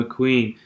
McQueen